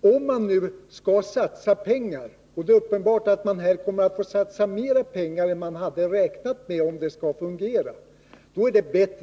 Om man nu skall satsa pengar — och det är uppenbart att man, om det hela skall fungera, kommer att få satsa mer pengar än man från början räknat med -— är det bättre